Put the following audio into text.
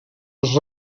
les